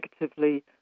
negatively